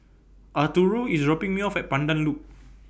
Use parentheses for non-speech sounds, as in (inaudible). Arturo IS dropping Me off At Pandan Loop (noise)